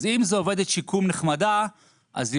אז אם זו עובדת שיקום נחמדה אז היא